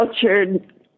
cultured